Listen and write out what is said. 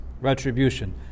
retribution